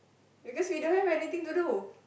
because we don't have anything to do